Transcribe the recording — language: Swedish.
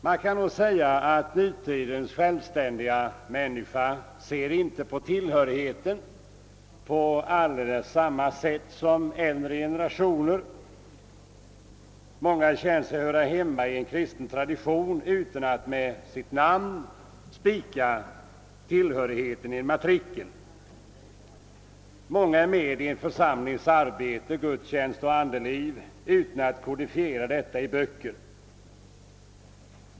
Man kan säga att nutidens självständiga människa inte ser på tillhörigheten på riktigt samma sätt som äldre generationer. Många känner sig höra hemma i en kristen tradition utan att med sitt namn spika tillhörigheten i en matrikel. Många deltar i en församlings arbete, gudstjänster och andeliv utan att verifiera detta i böcker.